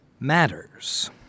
matters